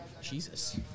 Jesus